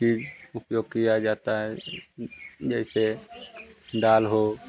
चीज़ उपयोग किया जाता है जैसे दाल हो